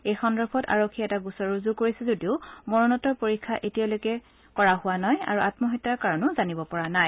এই সন্দৰ্ভত আৰক্ষীয়ে এটা গোচৰ ৰুজু কৰিছে যদিও মৰণোত্তৰ পৰীক্ষা এতিয়ালৈকে কৰা হোৱা নাই আৰু আম্মহত্যা কাৰণো জানিব পৰা নাই